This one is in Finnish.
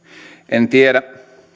en tiedä